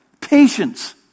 Patience